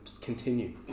continue